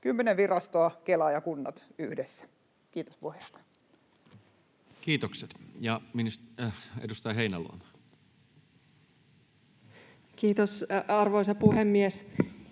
virastoa, Kela ja kunnat yhdessä. — Kiitos, puheenjohtaja. Kiitokset. — Ja edustaja Heinäluoma. Kiitos, arvoisa puhemies!